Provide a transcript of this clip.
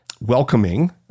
welcoming